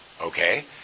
okay